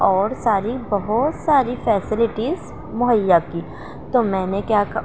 اور ساری بہت ساری فیسیلٹیز مہیا کی تو میں نے کیا کا